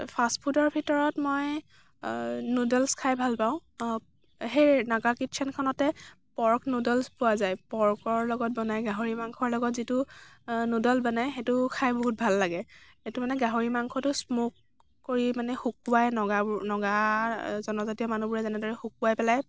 fast ফুডৰ ভিতৰত মই নুডলচ খাই ভাল পাওঁ সেই নাগা কিটচেনখনতে পৰ্ক নুডলচ পোৱা যায় পৰ্কৰ লগত বনায় গাহৰি মাংসৰ লগত যিটো নুডল বনায় সেইটো খাই বহুত ভাল লাগে সেইটো মানে গাহৰি মাংসটো স্ম'ক কৰি মানে শুকুৱাই নগাবোৰ নগা জনজাতীয় মানুহবোৰে যেনেদৰে শুকুৱাই পেলায়